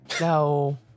No